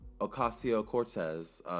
Ocasio-Cortez